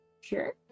sure